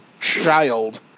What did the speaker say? child